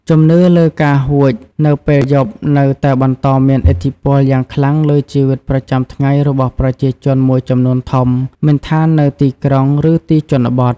ជំនឿលើការហួចនៅពេលយប់នៅតែបន្តមានឥទ្ធិពលយ៉ាងខ្លាំងលើជីវិតប្រចាំថ្ងៃរបស់ប្រជាជនមួយចំនួនធំ មិនថានៅទីក្រុង ឬទីជនបទ។